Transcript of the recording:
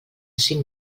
cinc